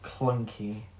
clunky